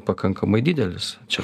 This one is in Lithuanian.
pakankamai didelis čia